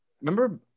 remember